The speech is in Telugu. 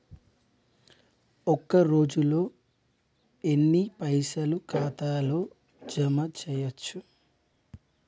ఒక రోజుల ఎన్ని పైసల్ ఖాతా ల జమ చేయచ్చు?